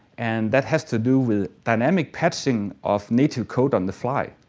and that has to do with dynamic patching of native code on the fly.